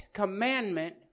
commandment